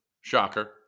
Shocker